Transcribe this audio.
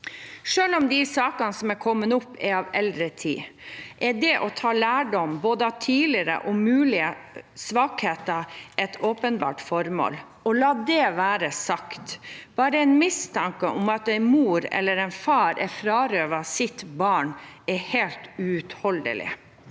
Selv om de sakene som er kommet opp, tilhører eldre tid, er det å ta lærdom av både tidligere og mulige svakheter et åpenbart formål. Og la det være sagt: Bare en mistanke om at en mor eller en far er frarøvet sitt barn, er helt uutholdelig.